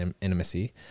intimacy